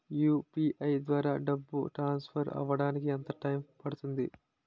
UPI ద్వారా డబ్బు transfer అవ్వడానికి ఎంత టైం పడుతుంది?